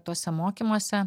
tuose mokymuose